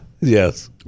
Yes